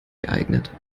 geeignet